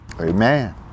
Amen